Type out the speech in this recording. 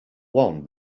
one